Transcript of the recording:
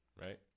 Right